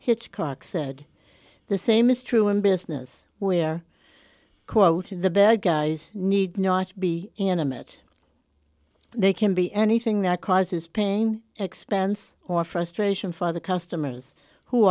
hitchcock said the same is true in business where quoting the bad guys need not be intimate they can be anything that causes pain expense or frustration for the customers who